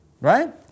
right